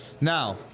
now